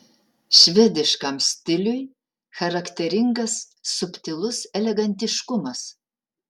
švediškam stiliui charakteringas subtilus elegantiškumas